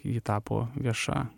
ji tapo vieša